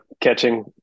catching